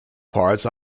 parts